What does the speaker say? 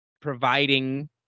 providing